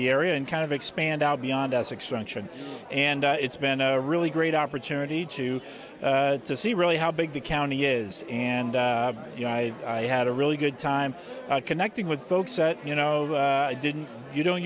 the area and kind of expand out beyond us expansion and it's been a really great opportunity to to see really how big the county is and you know i had a really good time connecting with folks at you know i didn't you don't